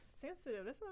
sensitive